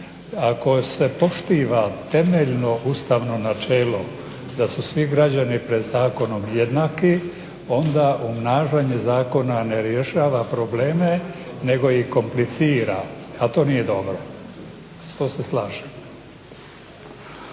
Ako se poštiva temeljno ustavno načelo da su svi građani pred zakonom jednaki onda umnažanje zakona ne rješava probleme nego ih komplicira, a to nije dobro, to se slažem.